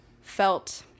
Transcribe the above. felt